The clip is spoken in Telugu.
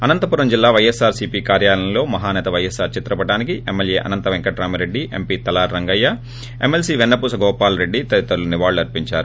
అనంతపురం జిల్లా పైఎస్పార్ సీపీ కార్యాలయంలో మహానేత పైఎస్పార్ చిత్రపటానికి ఎమ్మెల్యే అనంతపెంకట్రామిరెడ్డి ఎంపీ తలారి రంగయ్య ఎమ్మెల్సీ వెన్నపూస గోపాల్ రెడ్డి తదితరులు నివాళులు అర్పించారు